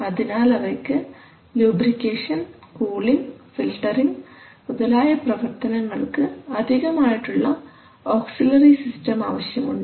അതിനാൽ അവയ്ക്ക് lubrication cooling filtering മുതലായ പ്രവർത്തനങ്ങൾക്ക് അധികം ആയിട്ടുള്ള ഓക്സിലറി സിസ്റ്റം ആവശ്യമുണ്ട്